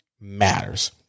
matters